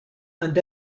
and